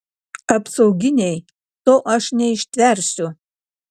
apsauginiai to aš neištversiu